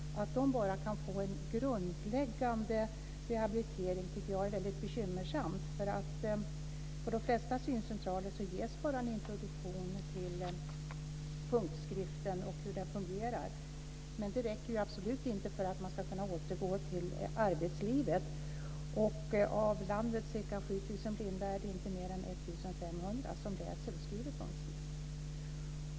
Att de bara kan få en grundläggande rehabilitering tycker jag är väldigt bekymmersamt. På de flesta syncentraler ges bara en introduktion till punktskriften och hur den fungerar, men det räcker absolut inte för att man ska kunna återgå till arbetslivet. Av landets ca 7 000 blinda är det inte mer än 1 500 som läser och skriver punktskrift.